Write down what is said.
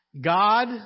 God